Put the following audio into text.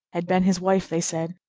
had been his wife, they said,